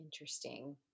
interesting